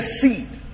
seed